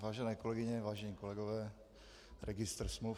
Vážené kolegyně, vážení kolegové, registr smluv...